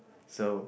so